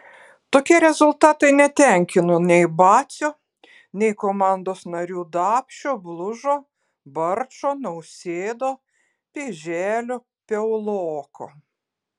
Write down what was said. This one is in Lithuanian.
tokie rezultatai netenkino nei bacio nei komandos narių dapšio blužo barčo nausėdo pėželio piauloko